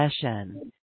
session